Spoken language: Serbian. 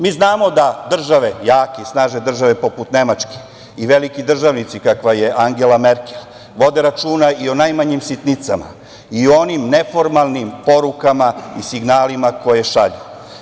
Mi znamo da jake i snažne države poput Nemačke, i veliki državnici kakva je Angela Merkel, vode računa i o najmanjim sitnicama i o onim neformalnim porukama i signalima koje šalju.